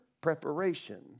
preparation